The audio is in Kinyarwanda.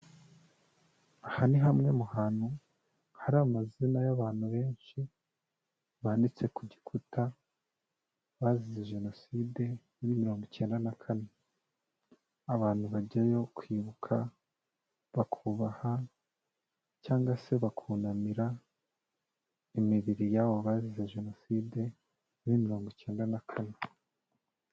Aha ni hamwe mu hantu hari amazina y'abantu benshi banditse ku gikuta bazize Jenoside muri mirongo icyenda na kane, abantu bajyayo kwibuka bakubaha cyangwa se bakunamira imibiri y'aba bazize jenoside muri mirongo icyenda na kane.